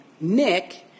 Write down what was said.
Nick